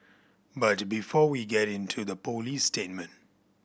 but before we get into the police statement